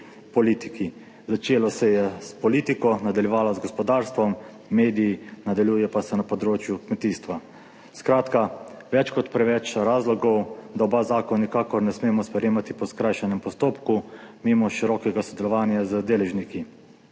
politiki. Začelo se je s politiko, nadaljevalo z gospodarstvom, mediji, nadaljuje pa se na področju kmetijstva. Skratka, več kot preveč razlogov, da obeh zakonov nikakor ne smemo sprejemati po skrajšanem postopku, mimo širokega sodelovanja z deležniki.